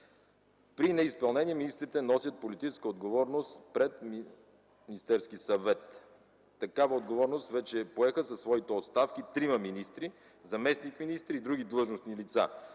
При неизпълнение министрите носят политическа отговорност пред Министерския съвет. Такава отговорност вече поеха със своите оставки трима министри, заместник-министри и други длъжностни лица.